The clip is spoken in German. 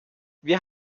wir